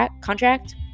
contract